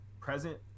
present